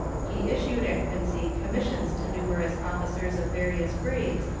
he issued at quincy commissions to numerous officers of various grades,